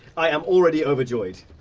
i am already overjoyed.